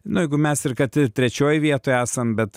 nu jeigu mes ir kad ir trečioj vietoj esam bet